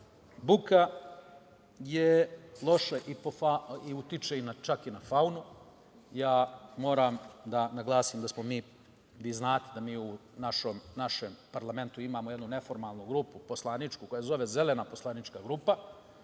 buka loša i utiče čak i na faunu. Moram da naglasim, vi znate da mi u našem parlamentu imamo jednu neformalnu grupu poslaničku koja se zove Zelena poslanička grupa.